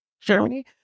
Germany